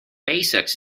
basics